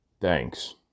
Thanks